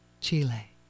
Chile